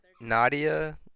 Nadia